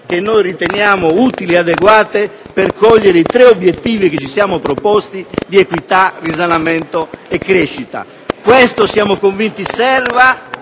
che riteniamo utili ed adeguate per cogliere i tre obiettivi che ci siamo proposti di equità, risanamento e crescita. Questo siamo convinti serva